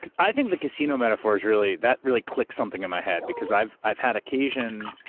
i think the casino metaphor's really, that really clicks something in my head, because i've i've had occasion,